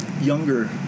younger